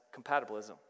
compatibilism